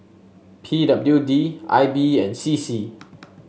P W D I B and C C